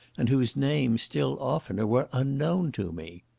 and whose names still oftener were unknown to me.